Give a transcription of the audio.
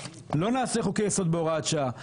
לא נעשה חוקי יסוד בהוראת שעה,